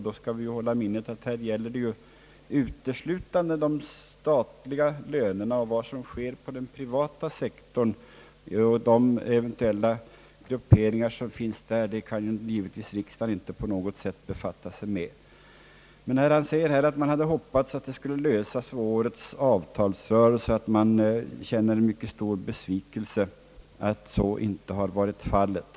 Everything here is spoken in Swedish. Vi skall dock hålla i minnet att det här uteslutande är fråga om de statliga lönerna. Vad som sker på den privata sektorn och vad som gäller eventuella grupperingar inom den sektorn kan givetvis riksdagen inte på något sätt befatta sig med. Herr Olsson säger att man hade hoppats att denna fråga skulle lösas vid årets avtalsrörelse och att man känner en mycket stor besvikelse över att så inte blev fallet.